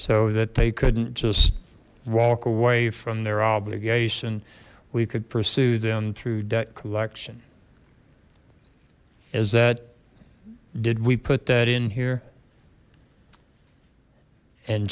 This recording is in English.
so that they couldn't just walk away from their obligation we could pursue them through debt collection is that did we put that in here and